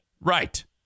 right